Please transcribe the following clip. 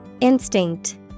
Instinct